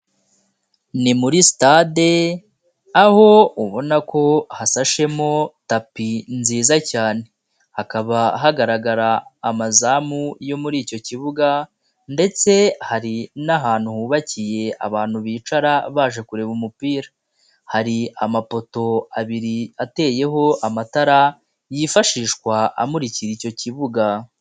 Ni muri sitade aho ubona ko hasashemo tapi nziza cyane, hakaba hagaragara amazamu yo muri icyo kibuga ndetse hari n'ahantu hubakiye abantu bicara baje kureba umupira, hari amapoto abiri ateyeho amatara yifashishwa amurikira icyo kibuga.